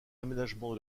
aménagement